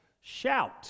shout